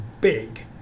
big